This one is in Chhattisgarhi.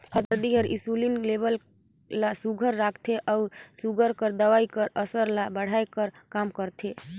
हरदी हर इंसुलिन लेबल ल सुग्घर राखथे अउ सूगर कर दवई कर असर ल बढ़ाए कर काम करथे